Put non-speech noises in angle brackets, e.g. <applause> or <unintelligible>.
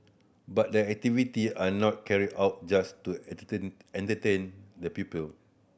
but the activity are not carried out just to <unintelligible> entertain the pupil